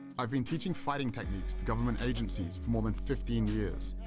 i've been teaching fighting techniques to government agencies for more than fifteen years.